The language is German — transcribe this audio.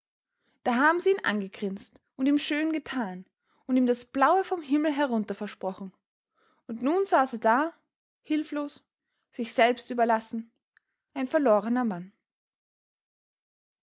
da haben sie ihn angegrinst und ihm schön getan und ihm das blaue vom himmel herunter versprochen und nun saß er da hilflos sich selbst überlassen ein verlorener mann